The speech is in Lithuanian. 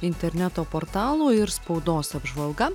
interneto portalų ir spaudos apžvalga